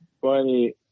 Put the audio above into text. funny